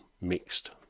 Mixed